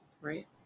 Right